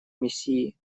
миссии